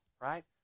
right